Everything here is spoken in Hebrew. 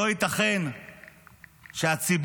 לא ייתכן שהציבור